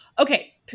okay